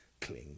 cling